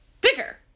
bigger